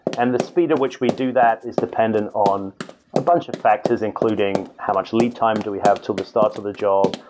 and the speed of which we do that is dependent on a bunch of factors, including how much lead time do we have till the start of the job.